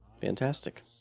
Fantastic